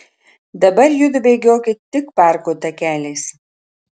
dabar judu bėgiokit tik parko takeliais